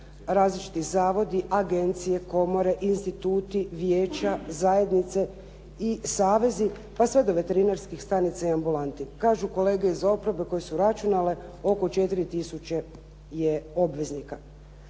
različiti zavodi, agencije, komore, instituti, vijeća, zajednice i savezi pa sve do veterinarskih stanica i ambulanti. Kažu kolege iz oporbe koje su računale oko 4 tisuće je obveznika.